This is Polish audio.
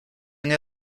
nie